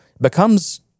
becomes